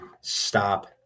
stop